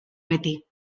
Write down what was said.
beti